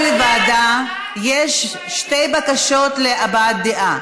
היות שזה לוועדה, יש שתי בקשות להבעת דעה.